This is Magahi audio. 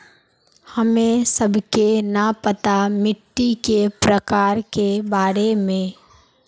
हमें सबके न पता मिट्टी के प्रकार के बारे में?